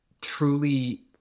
truly